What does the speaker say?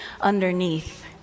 underneath